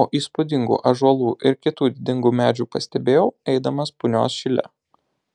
o įspūdingų ąžuolų ir kitų didingų medžių pastebėjau eidamas punios šile